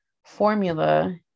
formula